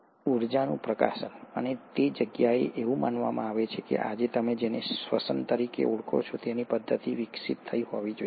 ઉર્જાનું પ્રકાશન અને તે જ જગ્યાએ એવું માનવામાં આવે છે કે આજે તમે જેને શ્વસન તરીકે ઓળખો છો તેની પદ્ધતિ વિકસિત થઈ હોવી જોઈએ